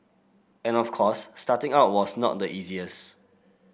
and of course starting out was not the easiest